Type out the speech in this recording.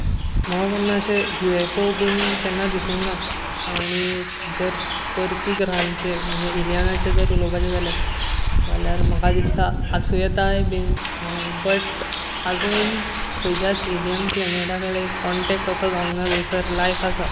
म्हाका केन्ना अशें यू एफ ओ बीन केन्ना दिसूंक ना आनी जर परकी ग्रहांचेर म्हणल्यार ऐलीअनाचेर उलोवपाचे जाल्यार म्हाका दिसता आसूं येताय बीन बट आजून खंयच्याच एलीअयन प्लेनेटा कडेन कोन्टेक्ट असो जावूंक ना जयसर लाइफ आसा